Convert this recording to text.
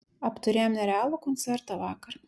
apturėjom nerealų koncertą vakar